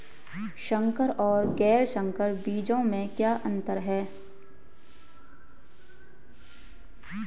संकर और गैर संकर बीजों में क्या अंतर है?